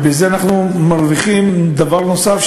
בזה אנחנו מרוויחים דבר נוסף,